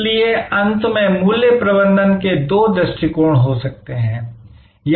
इसलिए अंत में मूल्य प्रबंधन के दो दृष्टिकोण हो सकते हैं